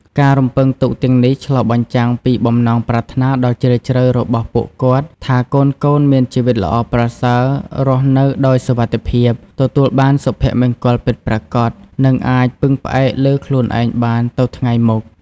ការរំពឹងទុកទាំងនេះឆ្លុះបញ្ចាំងពីបំណងប្រាថ្នាដ៏ជ្រាលជ្រៅរបស់ពួកគាត់ថាកូនៗ មានជីវិតល្អប្រសើរ រស់នៅដោយសុវត្ថិភាព ទទួលបានសុភមង្គលពិតប្រាកដ និងអាចពឹងផ្អែកលើខ្លួនឯងបានទៅថ្ងៃមុខ។